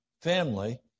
family